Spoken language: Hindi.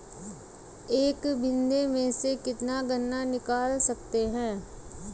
एक बीघे में से कितना गन्ना निकाल सकते हैं?